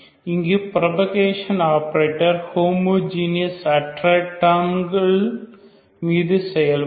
இங்கு propagation operator homogeneous அற்ற டேர்ம்கள் மீது செயல்படும்